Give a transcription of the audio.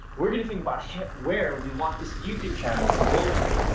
we're gonna think about it where we want this youtube channel to go to.